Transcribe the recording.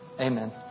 Amen